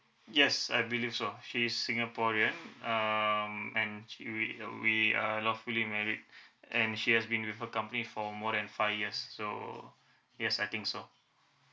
yes I believe so she's singaporean um and she we uh we uh lawfully married and she has been with her company for more than five years so yes I think so